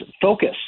focus